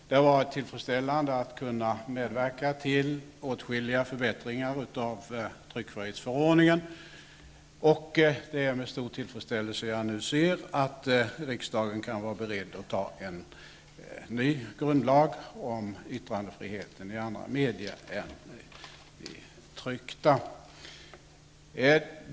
Det har varit tillfredsställande att kunna medverka till åtskilliga förbättringar av tryckfrihetsförordningen. Det är vidare med stor tillfredsställelse jag nu ser att riksdagen kan vara beredd att anta en ny grundlag om yttrandefriheten i andra media än de tryckta.